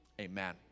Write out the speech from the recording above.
Amen